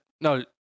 No